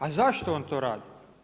A zašto on to radi?